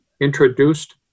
introduced